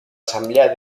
asamblea